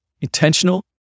intentional